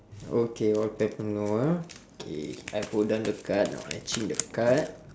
okay all people know ah okay I put down the card now I change the card